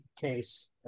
case